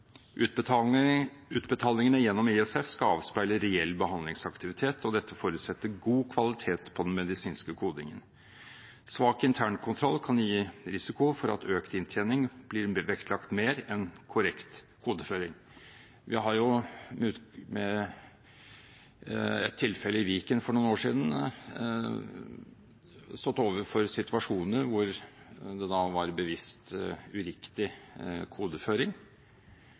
Utbetalingene gjennom ISF skal avspeile reell behandlingsaktivitet, og dette forutsetter god kvalitet på den medisinske kodingen. Svak internkontroll kan gi risiko for at økt inntjening blir vektlagt mer enn korrekt kodeføring. Vi har jo ved ett tilfelle i Viken for noen år siden stått overfor situasjoner hvor det var bevisst uriktig kodeføring,